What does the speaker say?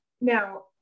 Now